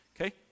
okay